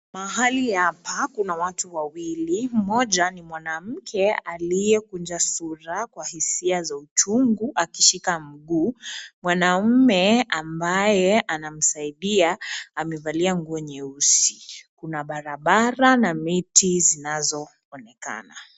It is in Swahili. Mahali hapa kuna watu wawili , mmoja ni mwanamke aliyekunja sura kwa hisia za uchungu akishika mguu. Mwanaume ambaye anamsaidia amevalia nguo nyeusi. Kuna barabara na miti zinazoonekana.